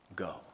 go